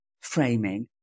framing